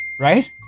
right